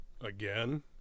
again